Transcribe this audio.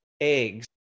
eggs